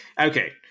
okay